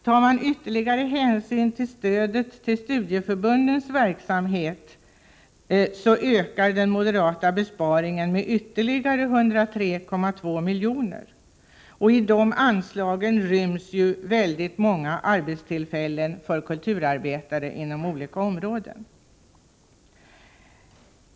Tar man vidare hänsyn till stödet för studieförbundens verksamhet ökar den moderata besparingen med ytterligare 103,2 milj.kr. I de anslagen ryms väldigt många arbetstillfällen för kulturarbetare inom olika områden.